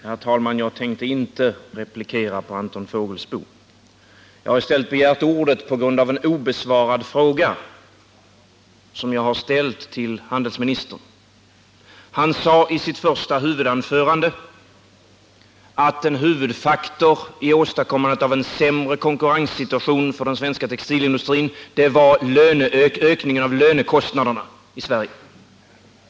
Herr talman! Jag tänker inte replikera Anton Fågelsbo. Jag har i stället begärt ordet på grund av att en fråga, som jag har ställt till handelsministern, är obesvarad. Handelsministern sade i sitt första anförande att en huvudfaktor i åstadkommandet av en sämre konkurrenssituation för den svenska textilindustrin var ökningen av iönekostnaderna i Sverige.